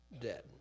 dead